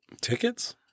Tickets